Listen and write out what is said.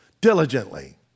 Diligently